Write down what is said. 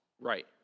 Right